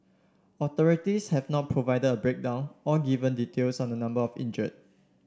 authorities have not provided a breakdown or given details on the number of injured